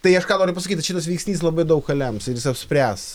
tai aš ką noriu pasakyt kad šitas veiksnys labai daug ką lems ir jis apspręs